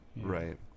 Right